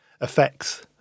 effects